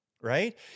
right